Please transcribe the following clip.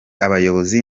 abayobozi